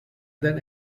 than